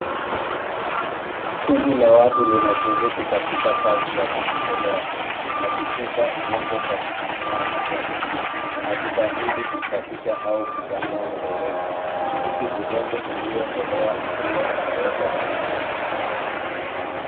Kundi la watu linashiriki katika kazi ya kujitolea. Wakichimba udongo kwa kutumia majembe, wanajitahidi kusafisha au kupanua mfereji. Huku udongo uliotolewa ukiwa umewekwa kando.